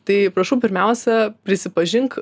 tai prašau pirmiausia prisipažink